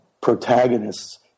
protagonists